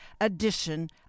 edition